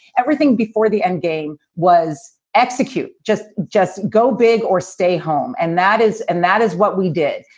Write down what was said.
everything before the end game was executed. just just go big or stay home. and that is and that is what we did.